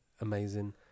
amazing